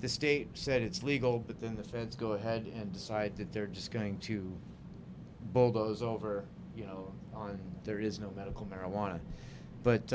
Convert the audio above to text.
the state said it's legal but then the feds go ahead and decide that they're just going to bulldoze over you know there is no medical marijuana but